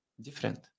different